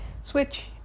Switch